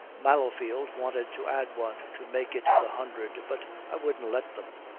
mallowfield wanted to add one to make it the hundred, but i wouldn't let them.